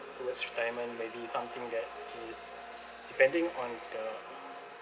towards retirement maybe something that is depending on the